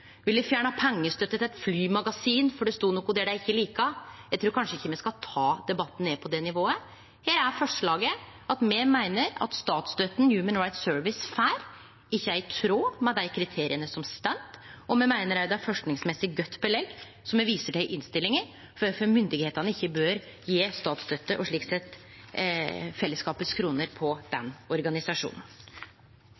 eit flymagasin fordi det stod noko der som dei ikkje likte. Eg trur kanskje ikkje me skal ta debatten ned på det nivået. Her er forslaget at me meiner at statsstøtta Human Rights Service får, ikkje er i tråd med dei kriteria som står, og me meiner òg det er forskingsmessig godt belegg, som me viser til i innstillinga, for at myndigheitene ikkje bør gje statsstøtte, og slik sett kronene til fellesskapet, til den